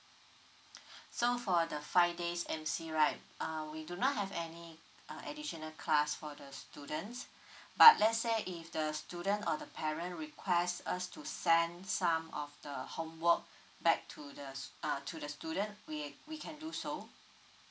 so for the five days M_C right uh we do not have any uh additional class for the students but let's say if the student or the parent request us to send some of the homework back to the s~ uh to the student we we can do so